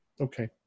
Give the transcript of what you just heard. Okay